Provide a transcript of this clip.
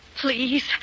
Please